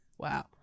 Wow